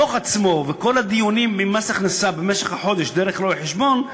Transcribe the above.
הדוח עצמו וכל הדיונים עם מס הכנסה במשך החודש דרך רואה-חשבון,